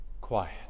Quiet